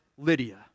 Lydia